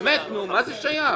באמת, מה זה שייך?